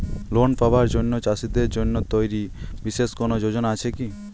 Loan পাবার জন্য চাষীদের জন্য তৈরি বিশেষ কোনো যোজনা আছে কি?